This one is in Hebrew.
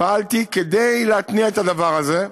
פעלתי כדי להתניע את הדבר הזה,